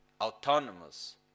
autonomous